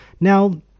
Now